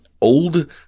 old